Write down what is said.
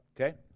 Okay